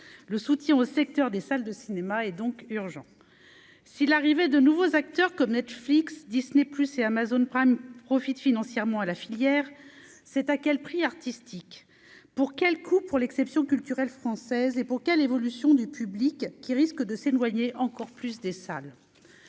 le soutien au secteur des salles de cinéma et donc urgent si l'arrivée de nouveaux acteurs comme Netflix Disney, plus c'est Amazon Prime profitent financièrement à la filière, c'est à quel prix artistiques pour quel coût pour l'exception culturelle française et pour quelle évolution du public qui risque de s'éloigner encore plus des salles,